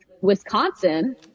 Wisconsin